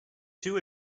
two